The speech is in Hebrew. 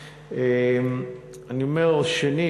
אני אומר שנית,